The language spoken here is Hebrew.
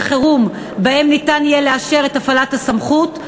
חירום שבהם ניתן יהיה לאשר את הפעלת הסמכות,